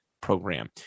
program